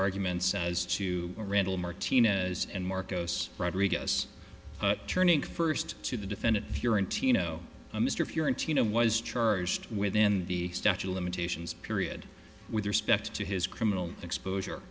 arguments as to randall martinez and marcos rodriguez turning first to the defendant here in tino a mr pure and tina was charged within the statute of limitations period with respect to his criminal exposure